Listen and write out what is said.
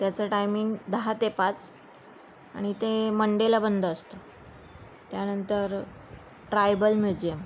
त्याचं टायमिंग दहा ते पाच आणि ते मंडेला बंद असतं त्यानंतर ट्रायबल म्युझियम